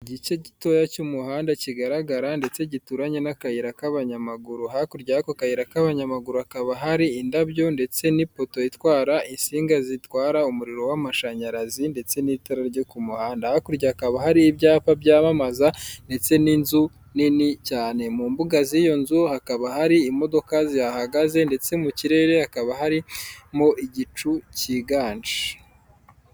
Igice gitoya cy'umuhanda kigaragara ndetse gituranye n'akayira k'abanyamaguru, hakurya y'ako kayira k'abanyamaguru hakaba hari indabyo ndetse n'ipoto itwara insinga zitwara umuriro w'amashanyarazi ndetse n'itara ryo ku muhanda. Hakurya hakaba hari ibyapa byamamaza ndetse n'inzu nini cyane. Mu mbuga z'iyo nzu hakaba hari imodoka zihahagaze ndetse mu kirere hakaba harimo igicu cyiganje.